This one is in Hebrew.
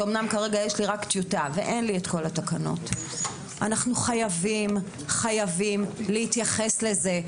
אמנם כרגע יש לי רק טיוטה אבל אנחנו חייבים להתייחס לזה.